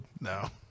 No